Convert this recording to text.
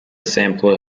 sample